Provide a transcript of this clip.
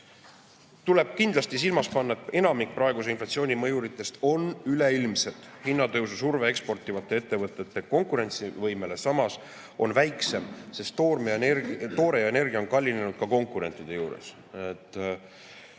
Tuleb kindlasti silmas pidada, et enamik praeguse inflatsiooni mõjuritest on üleilmsed. Hinnatõusu surve eksportivate ettevõtete konkurentsivõimele samas on väiksem, sest toore ja energia on kallinenud ka konkurentide juures.